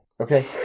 okay